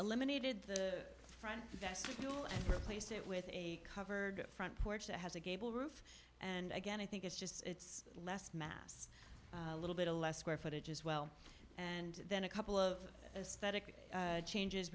eliminated the front vestibule and replaced it with a covered front porch that has a gable roof and again i think it's just it's less mass a little bit of less square footage as well and then a couple of